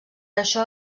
això